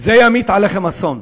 זה ימיט עליכם אסון.